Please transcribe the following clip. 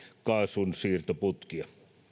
kaasunsiirtoputkia